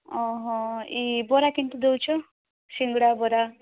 ଓହୋ ଇ ବରା କେମିତି ଦେଉଛ ସିଙ୍ଗଡ଼ା ବରା